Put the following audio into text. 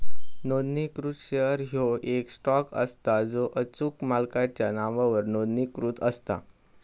नोंदणीकृत शेअर ह्यो येक स्टॉक असता जो अचूक मालकाच्या नावावर नोंदणीकृत असता